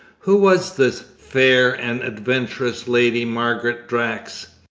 who was the fair and adventurous lady margaret drax?